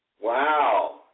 Wow